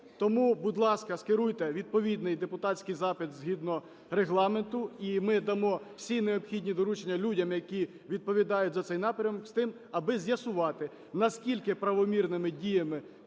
Тому, будь ласка, скеруйте відповідний депутатський запит згідно Регламенту і ми дамо всі необхідні доручення людям, які відповідають за цей напрямок, з тим, аби з'ясувати, наскільки правомірними діями